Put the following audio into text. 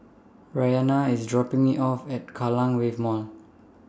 Bryana IS dropping Me off At Kallang Wave Mall